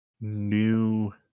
new